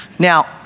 Now